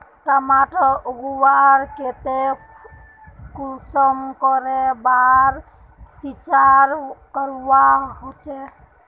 टमाटर उगवार केते कुंसम करे बार सिंचाई करवा होचए?